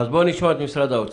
בוא נשמע את משרד האוצר,